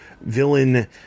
villain